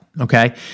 okay